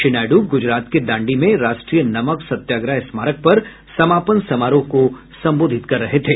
श्री नायडु गुजरात के दांडी में राष्ट्रीय नमक सत्याग्रह स्मारक पर समापन समारोह को संबोधित कर रहे थे